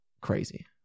crazy